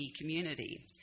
community